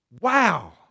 Wow